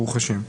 ברוך השם.